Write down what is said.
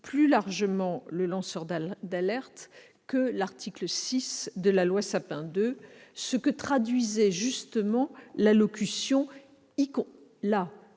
plus largement le lanceur d'alerte que l'article 6 de la loi Sapin II, ce que traduisait justement la locution « y